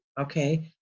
Okay